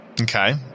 Okay